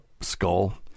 skull